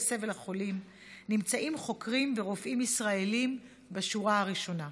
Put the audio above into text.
סבל החולים נמצאים חוקרים ורופאים ישראלים בשורה הראשונה.